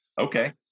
okay